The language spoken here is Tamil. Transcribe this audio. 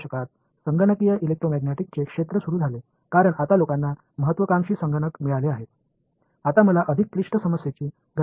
1960 களில் கம்புடஷனல் எலெக்ட்ரோமேக்னெட்டிக்ஸ் துறை தொடங்கியதால் இப்போது மக்களுக்கு சிறந்த கணினிகள் உள்ளன